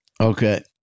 Okay